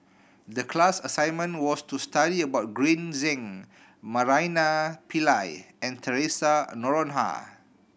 the class assignment was to study about Green Zeng Naraina Pillai and Theresa Noronha